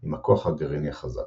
עם הכוח הגרעיני החזק,